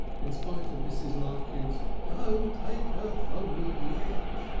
in spite of mrs. larkins' don't take her from me yet!